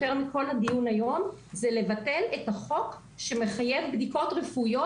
יותר מכל הדיון היום זה לבטל את החוק שמחייב בדיקות רפואיות